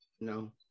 No